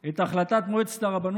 ואני אומרת את זה פעם אחר פעם,